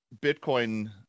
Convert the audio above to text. Bitcoin